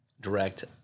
direct